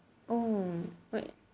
oh but